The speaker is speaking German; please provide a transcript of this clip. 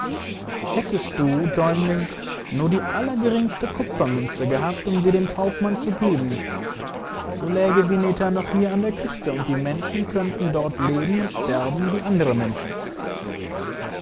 hättest du däumling nur die allergeringste kupfermünze gehabt um sie dem kaufmann zu geben so läge vineta noch hier an der küste und die menschen könnten dort leben und sterben wie andere menschen